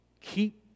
keep